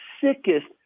sickest